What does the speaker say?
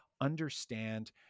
understand